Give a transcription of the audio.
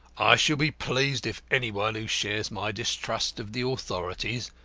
shall be pleased if any one who shares my distrust of the authorities,